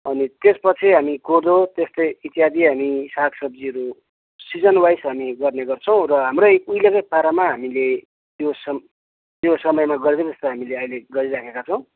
अनि त्यस पछि हामी कोदो त्यस्तै इत्यादि हामी साग सब्जीहरू सिजन वाइज हामी गर्ने गर्छौँ र हाम्रो उहिलेकै पारामा हामीले त्यो समय समयमा गर्दै जस्तो अहिले हामी गरिराखेका छौँ